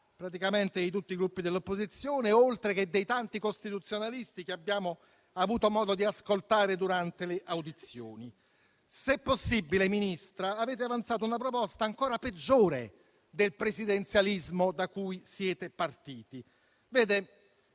praticamente di tutti i Gruppi dell'opposizione, oltreché dei tanti costituzionalisti che abbiamo avuto modo di ascoltare durante le audizioni. Se possibile, signora Ministra, avete avanzato una proposta ancora peggiore del presidenzialismo da cui siete partiti.